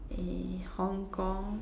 err Hong-Kong